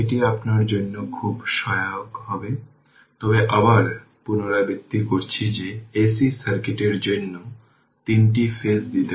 এটি আসলে একটি সুইচ যা এই জিনিসটির জন্য ক্লোজ ছিল